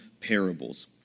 parables